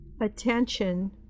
Attention